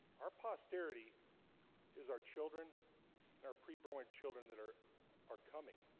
our posterity is our children and our pre broening children that are are coming